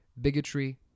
Bigotry